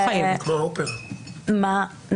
אני חייבת להגיד שהגילוי הזה על תוכנית בשלבים מכה אותנו בתדהמה.